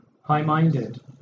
high-minded